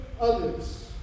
others